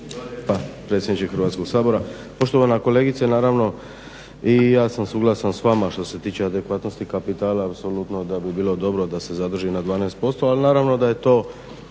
predsjedniče Hrvatskoga sabora. Poštovana kolegice naravno i ja sam suglasan s vama što se tiče adekvatnosti kapitala. Apsolutno da bi bilo dobro ra se zadrži na 12% ali naravno da je to